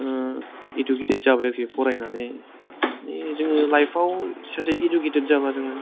educated जाबाय आरखि फरायनानै मानि जोङो लाइफआव सासे इडुकेटेट जाबा जोङो